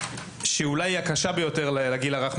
שהיא מהקשות ביותר לתחום הגיל הרך,